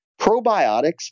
probiotics